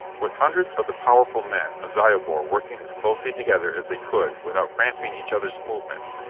with hundreds of the powerful men of zyobor working as closely together as they could without cramping each others movements,